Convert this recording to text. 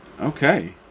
Okay